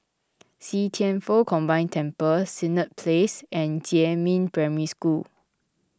See Thian Foh Combined Temple Senett Place and Jiemin Primary School